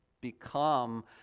become